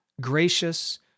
gracious